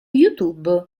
youtube